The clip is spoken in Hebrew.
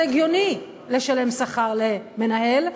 זה הגיוני לשלם שכר למנהל.